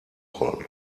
wollen